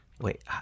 Wait